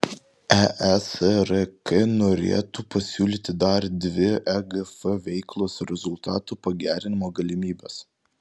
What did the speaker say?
eesrk norėtų pasiūlyti dar dvi egf veiklos rezultatų pagerinimo galimybes